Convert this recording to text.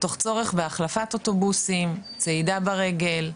תוך צורך להחלפת אוטובוסים, צעידה ברגל,